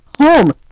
home